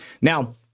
Now